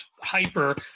hyper